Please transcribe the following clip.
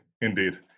Indeed